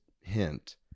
hint